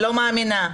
לא מאמינה.